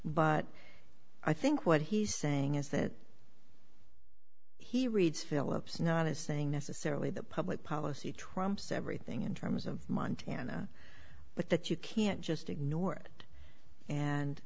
but i think what he's saying is that he reads phillips not his saying necessarily the public policy trumps everything in terms of montana but that you can't just ignore it and